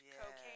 Cocaine